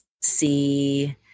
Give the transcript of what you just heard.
see